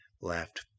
laughed